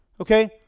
Okay